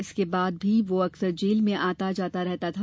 इसके बाद भी वह अक्सर जेल में आता जाता रहता था